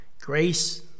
Grace